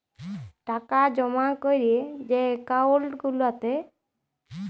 টাকা জমা ক্যরে যে একাউল্ট গুলাতে